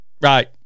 Right